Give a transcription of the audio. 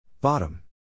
Bottom